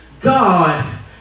God